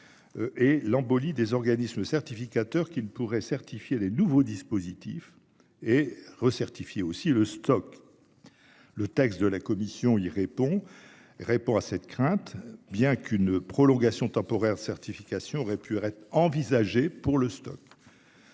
Et l'embolie des organismes certificateurs qu'ils pourraient certifier les nouveaux dispositifs et recertifier aussi le stock. Le texte de la commission il répond. Répond à cette crainte, bien qu'une prolongation temporaire certification aurait pu envisager pour le stock.